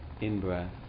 in-breath